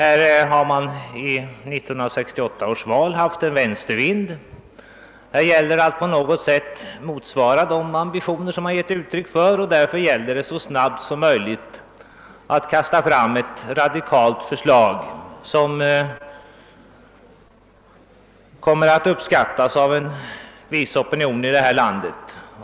I 1968 års val blåste en vänstervind, och man vill på något sätt motsvara de ambitioner man då gav uttryck för. Därför gäller det att så snabbt som möjligt kasta fram ett radikalt förslag, som kommer att uppskattas av en opinion här i landet.